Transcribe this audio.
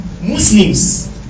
Muslims